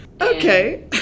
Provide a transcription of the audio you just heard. Okay